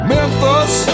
Memphis